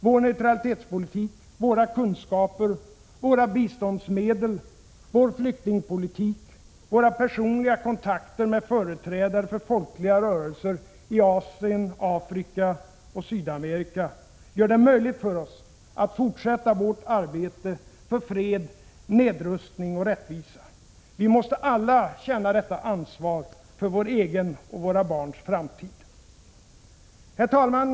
Vår neutralitetspolitik, våra kunskaper, våra biståndsmedel, vår flyktingpolitik, våra personliga kontakter med företrädare för folkliga rörelser i Afrika, Asien och Sydamerika gör det möjligt för oss att fortsätta vårt arbete för fred, nedrustning och rättvisa. Vi måste alla känna detta ansvar för vår egen och våra barns framtid. Herr talman!